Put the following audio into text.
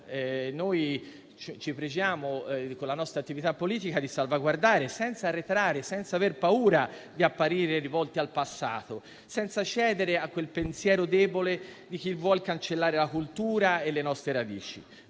noi ci pregiamo di attuare una salvaguardia, senza arretrare, senza aver paura di apparire rivolti al passato, senza cedere a quel pensiero debole di chi vuol cancellare la cultura e le nostre radici.